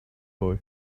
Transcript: boy